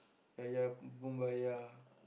yeah yeah boombaya